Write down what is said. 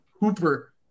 hooper